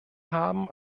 haben